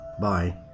bye